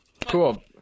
Cool